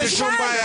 חד-משמעית.